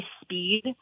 speed